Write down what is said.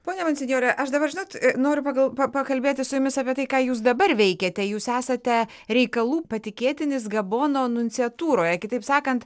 pone monsinjore aš dabar žinot noriu pagal pa pakalbėti su jumis apie tai ką jūs dabar veikiate jūs esate reikalų patikėtinis gabono nunciatūroje kitaip sakant